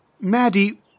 Maddie